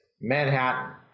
Manhattan